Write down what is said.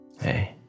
Hey